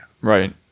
Right